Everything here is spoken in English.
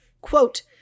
quote